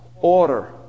order